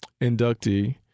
inductee